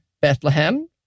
Bethlehem